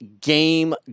game